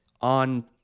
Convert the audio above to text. on